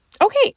Okay